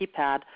keypad